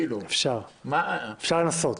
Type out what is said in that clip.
אפשר לנסות.